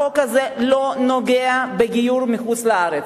החוק הזה לא נוגע בגיור מחוץ-לארץ.